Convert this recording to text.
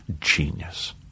genius